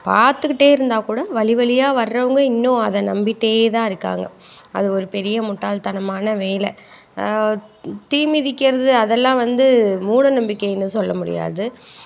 பார்த்துகிட்டே இருந்தால் கூட வழி வழியா வர்றவங்க இன்னும் அதை நம்பிகிட்டே தான் இருக்காங்க அது ஒரு பெரிய முட்டாள்தனமான வேலை தீ மிதிக்கிறது அதெல்லாம் வந்து மூட நம்பிக்கைன்னு சொல்ல முடியாது